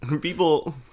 People